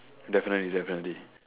definitely definitely